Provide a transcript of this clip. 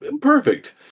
Perfect